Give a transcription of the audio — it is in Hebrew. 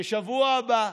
בשבוע הבא.